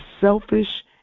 selfish